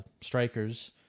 strikers